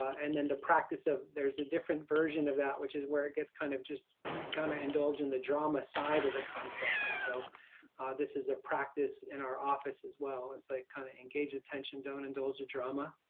and then the practice of there's a different version of that which is where it gets kind of just we going to indulge in the drama side of the conflict. and so this is a practice in our office as well. it's like kind of engaged attention, don't indulge the drama